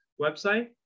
website